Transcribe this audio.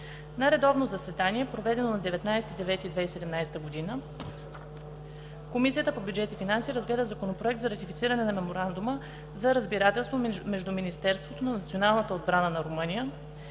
На редовно заседание, проведено на 19 септември 2017 г., Комисията по бюджет и финанси разгледа Законопроекта за ратифициране на Меморандума за разбирателство между Министерството на националната отбрана на Румъния,